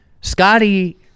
Scotty